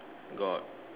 got